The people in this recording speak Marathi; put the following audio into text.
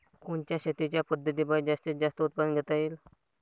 कोनच्या शेतीच्या पद्धतीपायी जास्तीत जास्त उत्पादन घेता येईल?